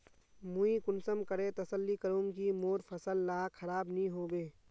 मुई कुंसम करे तसल्ली करूम की मोर फसल ला खराब नी होबे?